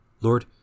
Lord